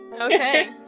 Okay